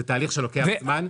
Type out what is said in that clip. זה תהליך שלוקח זמן.